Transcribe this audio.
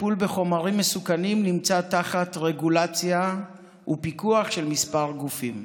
הטיפול בחומרים מסוכנים נמצא תחת רגולציה ופיקוח של כמה גופים.